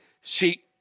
see